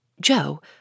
Joe